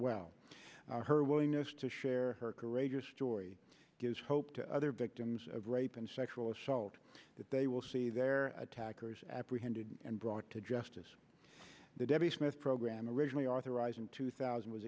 well her willingness to share her courageous story gives hope to other victims of rape and sexual assault that they will see their attackers apprehended and brought to justice debbie smith program originally authorized in two thousand was